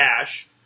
cash